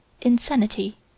Insanity